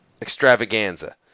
Extravaganza